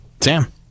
Sam